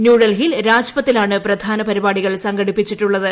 ന്യൂഡൽഹിയിൽ രാജ്പഥിലാണ് പ്രധാന പരിപാടികൾ സംഘടിപ്പിച്ചിട്ടുള്ളത്